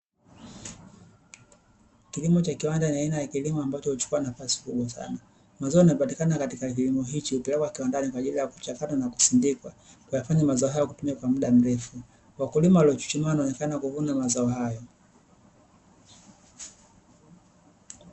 Kilimo cha viwanda ni aina ya kilimo ambacho huchukua nafasi kubwa sana. mazao yanayopatikana katika kilimo hichi hupelekwa kiwandani kwa ajili ya kuchakatwa na kusindika, kuyafanya mazao hayo kuweza kutumika kwa muda mrefu wakulima waliochuchumaa wanaonekana kuvuna mazao hayo.